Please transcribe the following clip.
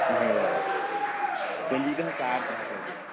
اَہَن حظ اَوا تٔمۍ چھی گژھان ساڑ ترٛےٚ ہَتھ رۄپیہِ